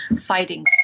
fighting